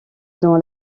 dans